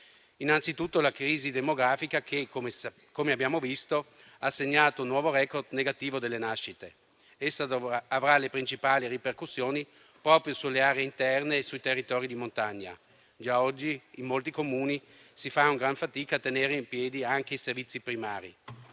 innanzitutto vi è la crisi demografica che - come abbiamo visto - ha segnato un nuovo *record* negativo delle nascite; essa avrà le principali ripercussioni proprio sulle aree interne e sui territori di montagna. Già oggi in molti Comuni si fa una gran fatica a tenere in piedi anche i servizi primari.